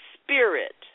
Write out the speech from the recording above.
spirit